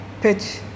pitch